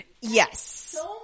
yes